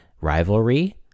rivalry